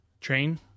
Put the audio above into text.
Train